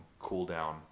cooldown